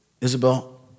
Isabel